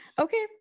Okay